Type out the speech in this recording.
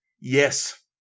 Yes